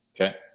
Okay